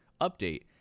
update